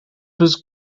was